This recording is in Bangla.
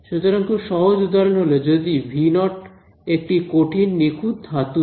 সুতরাং খুব সহজ উদাহরণ হল যদি V 0 একটি কঠিন নিখুঁত ধাতু হয়